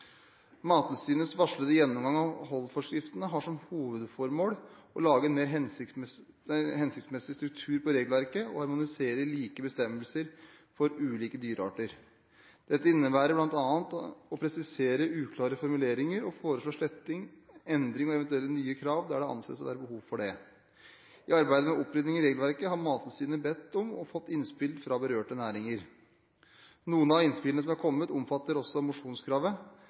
Mattilsynets varslede gjennomgang av holdforskriften har som hovedformål å lage en mer hensiktsmessig struktur på regelverket og harmonisere like bestemmelser for ulike dyrearter. Dette innebærer bl.a. å presisere uklare formuleringer og foreslå sletting/endring av eventuelle nye krav der det anses å være behov for det. I arbeidet med opprydding i regelverket har Mattilsynet bedt om og fått innspill fra berørte næringer. Noen av innspillene som er kommet, omfatter også mosjonskravet.